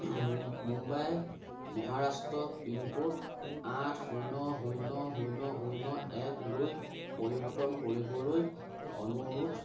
Mumbai Maharashtra pin code আঠ শূন্য শূন্য শূন্য শূন্য একলৈ পৰিৱৰ্তন কৰিবলৈ অনুৰোধ